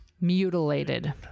Mutilated